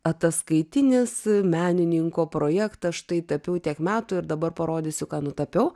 ataskaitinis menininko projektas štai tapiau tiek metų ir dabar parodysiu ką nutapiau